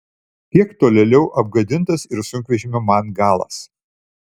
kiek tolėliau apgadintas ir sunkvežimio man galas